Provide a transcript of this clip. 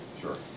Sure